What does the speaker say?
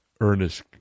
Ernest